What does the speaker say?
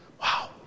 Wow